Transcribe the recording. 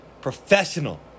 professional